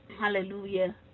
Hallelujah